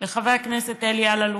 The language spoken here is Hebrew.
לחבר הכנסת אלי אלאלוף,